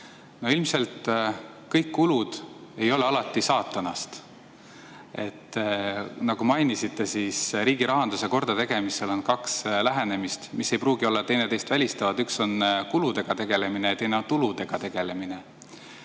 ei ole kõik kulud alati saatanast. Nagu mainisite, riigirahanduse kordategemisel on kaks lähenemist, mis ei pruugi teineteist välistada: üks on kuludega tegelemine ja teine on tuludega tegelemine.